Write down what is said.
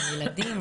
ילדים,